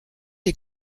est